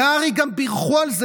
והר"י גם בירכו על זה.